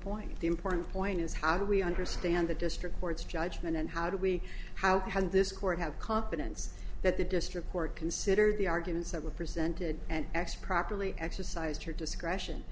point the important point is how do we understand the district court's judgment and how do we how can this court have confidence that the district court consider the arguments that were presented and x properly exercised her discretion